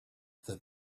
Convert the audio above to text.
that